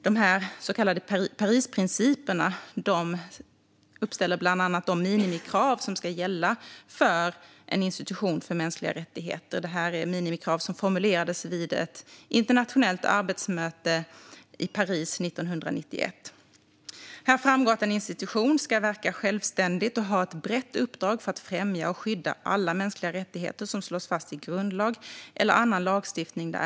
De så kallade Parisprinciperna uppställer bland annat de minimikrav som ska gälla för en institution för mänskliga rättigheter och är minimikrav som formulerades vid ett internationellt arbetsmöte i Paris 1991. Här framgår att en institution ska verka självständigt och ha ett brett uppdrag för att främja och skydda alla mänskliga rättigheter som slås fast i grundlag eller annan lagstiftning.